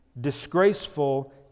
disgraceful